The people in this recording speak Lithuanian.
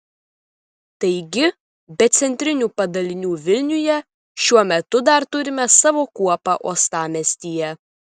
taigi be centrinių padalinių vilniuje šiuo metu dar turime savo kuopą uostamiestyje